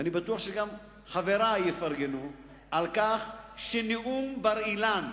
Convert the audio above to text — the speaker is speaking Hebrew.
ואני בטוח שגם חברי יפרגנו על כך שנאום בר-אילן,